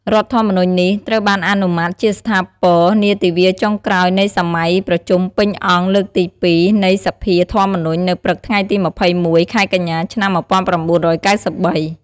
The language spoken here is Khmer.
រដ្ឋធម្មនុញ្ញនេះ ត្រូវបានអនុម័តជាស្ថាពរនាទិវាចុងក្រោយនៃសម័យប្រជុំពេញអង្គលើកទី២ នៃ សភាធម្មនុញ្ញនៅព្រឹកថ្ងៃទី២១ ខែកញ្ញា ឆ្នាំ១៩៩៣។